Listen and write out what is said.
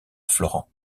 florent